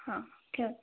हां ठेवते